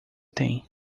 tem